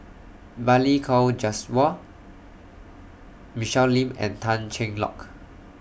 Balli Kaur Jaswal Michelle Lim and Tan Cheng Lock